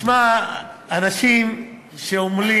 שמע, אנשים שעמלים